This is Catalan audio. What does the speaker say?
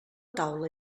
taula